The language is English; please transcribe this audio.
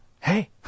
hey